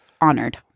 honored